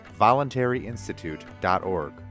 voluntaryinstitute.org